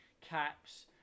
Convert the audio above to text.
caps